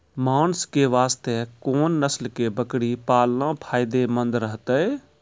मांस के वास्ते कोंन नस्ल के बकरी पालना फायदे मंद रहतै?